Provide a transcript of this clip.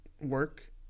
work